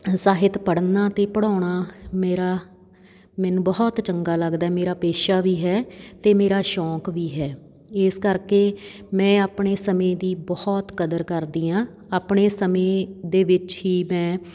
ਸਾਹਿਤ ਪੜ੍ਹਨਾ ਅਤੇ ਪੜ੍ਹਾਉਣਾ ਮੇਰਾ ਮੈਨੂੰ ਬਹੁਤ ਚੰਗਾ ਲੱਗਦਾ ਮੇਰਾ ਪੇਸ਼ਾ ਵੀ ਹੈ ਅਤੇ ਮੇਰਾ ਸ਼ੌਕ ਵੀ ਹੈ ਇਸ ਕਰਕੇ ਮੈਂ ਆਪਣੇ ਸਮੇਂ ਦੀ ਬਹੁਤ ਕਦਰ ਕਰਦੀ ਹਾਂ ਆਪਣੇ ਸਮੇਂ ਦੇ ਵਿੱਚ ਹੀ ਮੈਂ